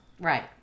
Right